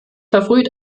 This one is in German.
verfrüht